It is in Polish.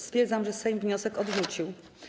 Stwierdzam, że Sejm wniosek odrzucił.